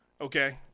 okay